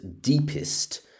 deepest